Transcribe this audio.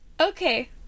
Okay